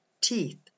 Teeth